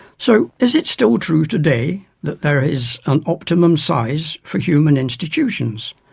so is it still true today that there is an optimum size for human institutions,